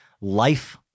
life